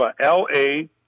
L-A